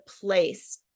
place